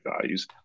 values